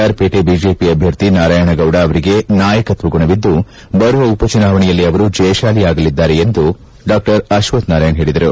R Pete BJP ಅಭ್ಯರ್ಥಿ ನಾರಾಯಣಗೌಡ ಅವರಿಗೆ ನಾಯಕತ್ವ ಗುಣವಿದ್ದು ಬರುವ ಉಪಚುನಾವಣೆಯಲ್ಲಿ ಅವರು ಜಯಶಾಲಿಯಾಗಲಿದ್ದಾರೆ ಎಂದು ಡಾ ಅಶ್ವಥ್ ನಾರಾಯಣ್ ಹೇಳಿದರು